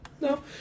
no